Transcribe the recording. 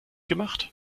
gemacht